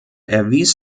erwies